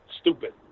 stupid